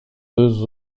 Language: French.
deux